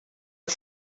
een